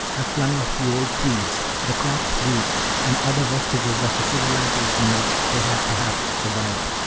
i flung off the old tweeds, the cracked boots, and other vestiges of a civilization which they had perhaps survived,